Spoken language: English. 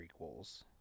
prequels